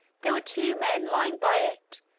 there were two men lying by it,